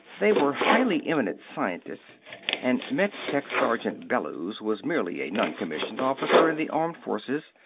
they were highly eminent scientists, and metech sergeant bellews was merely a non-commissioned officer in the armed forces.